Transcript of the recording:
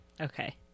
Okay